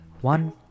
One